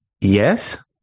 yes